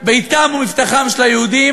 ואם המחיר האישי,